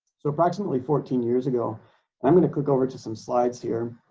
so approximately fourteen years ago i'm going to click over to some slides here